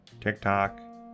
TikTok